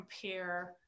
compare